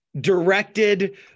Directed